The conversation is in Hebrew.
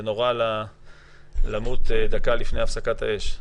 זה נורא למות דקה לפני הפסקת האש.